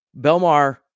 Belmar